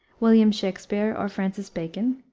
william shakspere or francis bacon,